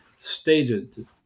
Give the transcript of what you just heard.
stated